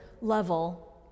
level